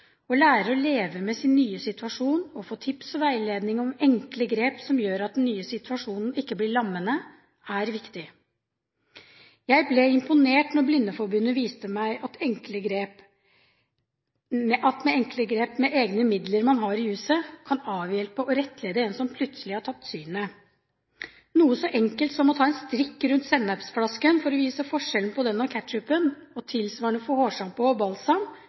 Å lære å leve med sin nye situasjon og få tips og veiledning om enkle grep som gjør at den nye situasjonen ikke blir lammende, er viktig. Jeg ble imponert da Blindeforbundet viste meg at enkle grep med egne midler man har i huset, kan avhjelpe og rettlede en som plutselig har tapt synet. Noe så enkelt som å ta en strikk rundt sennepsflasken for å vite forskjellen på den og ketsjupen, og tilsvarende for hårsjampo og